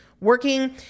working